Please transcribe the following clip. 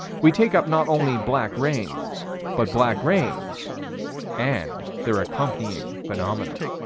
we take up not only black rains but black rains and their accompanying phenomena.